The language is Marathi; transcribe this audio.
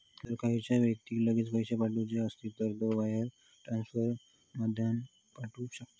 जर खयच्या व्यक्तिक लगेच पैशे पाठवुचे असत तर तो वायर ट्रांसफर मधना पाठवु शकता